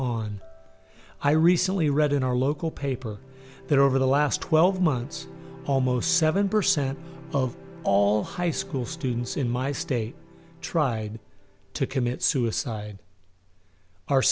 on i recently read in our local paper that over the last twelve months almost seven percent of all high school students in my state tried to commit suicide our